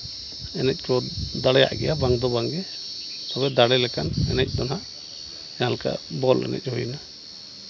ᱮᱱᱮᱡ ᱠᱚ ᱫᱟᱲᱮᱭᱟᱜ ᱜᱮᱭᱟ ᱵᱟᱝᱫᱚ ᱵᱟᱝᱜᱮ ᱛᱚᱵᱮ ᱫᱟᱲᱮ ᱞᱮᱠᱟᱱ ᱮᱱᱮᱡ ᱫᱚ ᱦᱟᱸᱜ ᱡᱟᱦᱟᱸ ᱞᱮᱠᱟ ᱵᱚᱞ ᱮᱱᱮᱡ ᱦᱩᱭᱱᱟ